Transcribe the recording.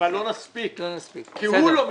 אבל לא נספיק כי הוא לא מתכנס.